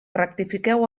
rectifiqueu